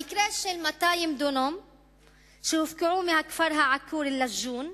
המקרה של 200 דונם שהופקעו מהכפר העקור אל-לג'ון,